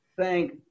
Thank